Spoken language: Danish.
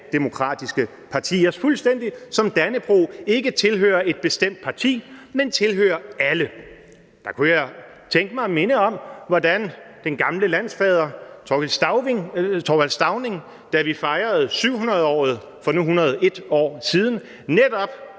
demokratiske partiers – fuldstændig som Dannebrog ikke tilhører et bestemt parti, men tilhører alle. Der kunne jeg tænke mig at minde om, hvordan den gamle landsfader Thorvald Stauning, da vi fejrede 700-året for nu 101 år siden, netop